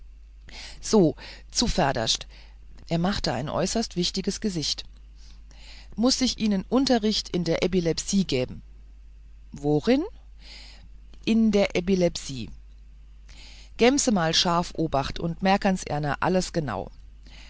so zuverderscht er machte ein äußerst wichtiges gesicht muß ich ihnen unterricht in der ebilebsie gäben worin in der ebilebsie gäbm s amal scharf obacht und merkens ihna alles genau